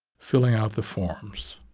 filling out the forms.